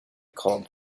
called